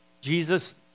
Jesus